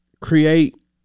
Create